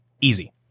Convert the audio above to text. Easy